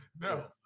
No